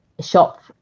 shop